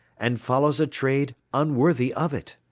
and follows a trade unworthy of it.